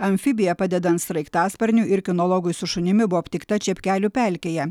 amfibija padedant sraigtasparniui ir kinologui su šunimi buvo aptikta čepkelių pelkėje